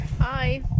Hi